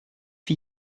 wie